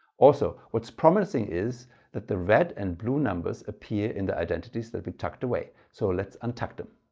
also what's promising is that the red and blue numbers appear in the identities that we tucked away. so let's untuck them.